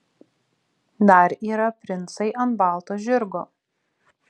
dar yra princai ant balto žirgo